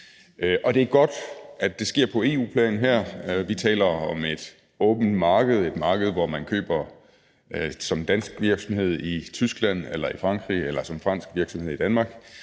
det er godt, at det sker på EU-plan her. Vi taler om et åbent marked; et marked, hvor man som dansk virksomhed køber i Tyskland eller i Frankrig, eller hvor man som fransk virksomhed køber i Danmark.